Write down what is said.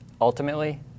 Ultimately